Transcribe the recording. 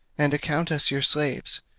and account us your slaves,